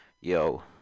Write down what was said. yo